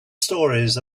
stories